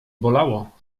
bolało